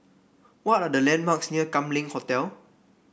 what are the landmarks near Kam Leng Hotel